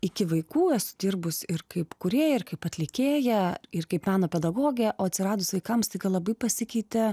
iki vaikų esu dirbus ir kaip kūrėja ir kaip atlikėja ir kaip meno pedagogė o atsiradus vaikams staiga labai pasikeitė